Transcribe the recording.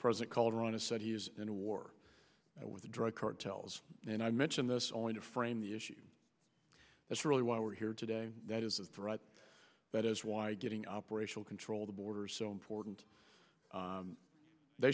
president calderon has said he's in a war with the drug cartels and i mention this only to frame the issue that's really why we're here today that is a right that is why getting operational control the borders so important they